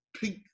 pink